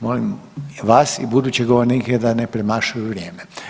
Molim vas i buduće govornike da ne premašuju vrijeme.